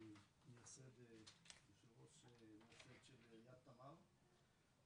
אני מייסד ויו"ר עמותת יד תמר,